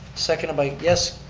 seconded by, yes,